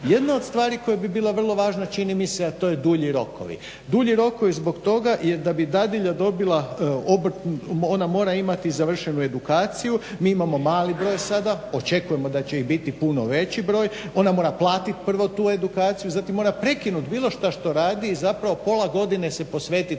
Jedna od stvari koja bi bila vrlo važna čini mi se a to je dulji rokovi. Dulji rokovi zbog toga da bi dadilja dobila obrt, ona mora imati završenu edukaciju, mi imamo mali broj sada, očekujemo da će ih biti puno veći broj, ona mora platiti tu edukaciju, zatim mora prekinut bilo šta što radi, zapravo pola godine se posvetit